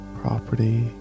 property